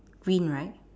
green right